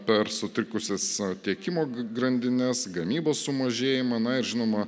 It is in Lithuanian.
per sutrikusias tiekimo grandines gamybos sumažėjimą na ir žinoma